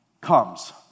comes